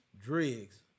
dregs